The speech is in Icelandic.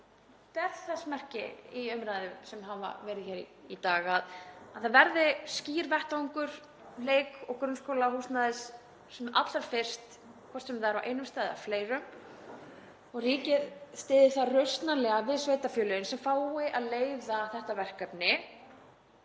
ber þess merki í umræðum sem hafa verið hér í dag, að það verði skýr vettvangur leik- og grunnskólahúsnæðis sem allra fyrst, hvort sem það er á einum stað eða fleiri og að ríkið styðji þar rausnarlega við sveitarfélögin sem fái að leiða þetta verkefni,